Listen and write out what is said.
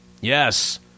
Yes